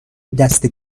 دست